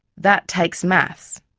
that takes maths.